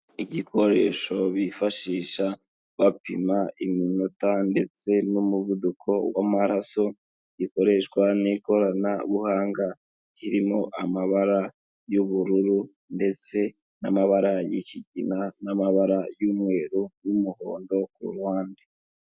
Igikoresho bifashisha bapima iminota ndetse n'umuvuduko w'amaraso gikoreshwa n'ikoranabuhanga, kirimo amabara y'ubururu ndetse n'amabara y'ikigina, n'amabara y'umweru n'umuhondo ku ruhande.